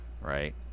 right